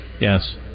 Yes